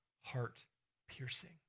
heart-piercing